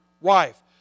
wife